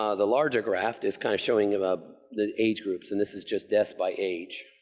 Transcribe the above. um the larger graph is kind of showing um um the age groups and this is just death by age,